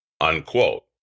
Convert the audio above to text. Unquote